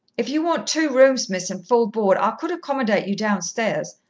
if you want two rooms, miss, and full board, i could accommodate you downstairs.